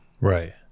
Right